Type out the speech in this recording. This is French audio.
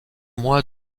moi